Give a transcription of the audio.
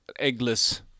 eggless